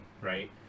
right